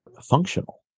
functional